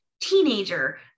teenager